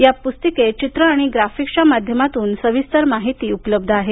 या पुस्तिकेत चित्र आणि ग्राफिक्सच्या माध्यमातून सविस्तरपणे माहिती उपलब्ध आहे